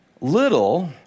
little